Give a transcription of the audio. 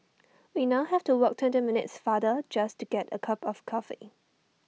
we now have to walk twenty minutes farther just to get A cup of coffee